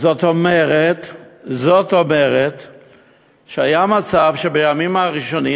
זאת אומרת שהיה מצב שבימים הראשונים,